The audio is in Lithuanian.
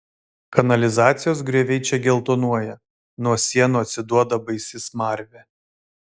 kanalizacijos grioviai čia geltonuoja nuo sienų atsiduoda baisi smarvė